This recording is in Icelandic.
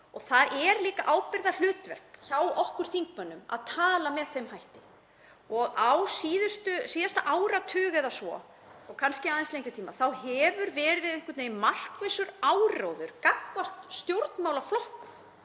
og það er líka ábyrgðarhlutverk hjá okkur þingmönnum að tala með þeim hætti. Á síðasta áratug eða svo og kannski í aðeins lengri tíma þá hefur verið einhvern veginn markviss áróður gagnvart stjórnmálaflokkum